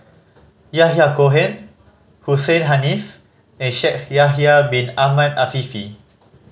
Yahya Cohen Hussein Haniff and Shaikh Yahya Bin Ahmed Afifi